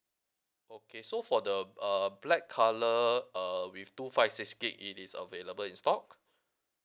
okay so for the uh black colour uh with two five six gigabyte it is available in stock